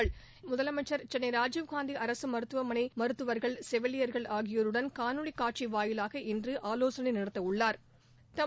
இதேபோல் முதலமைச்சர் சென்னை ராஜீவ்காந்தி அரசு மருத்துவமனை மருத்துவர்கள் செவிலியா்கள் ஆகியோருடன் காணொலி காட்சி வாயிலாக இன்று ஆலோசனை நடத்த உள்ளாா்